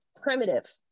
primitive